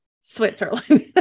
Switzerland